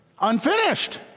unfinished